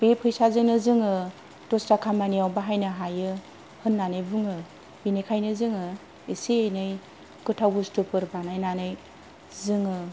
बे फैसाजोंनो जोङो दस्रा खामानियाव बाहायनो हायो होननानै बुङो बेनिखायनो जोङो एसे एनै गोथाव बुस्थुफोर बानायनानै जोङो